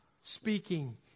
speaking